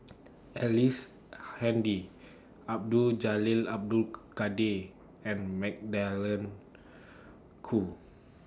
Ellice Handy Abdul Jalil Abdul Kadir and Magdalene Khoo